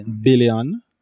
billion